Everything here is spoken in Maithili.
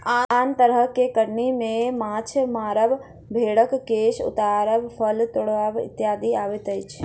आन तरह के कटनी मे माछ मारब, भेंड़क केश उतारब, फल तोड़ब इत्यादि अबैत अछि